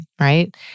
right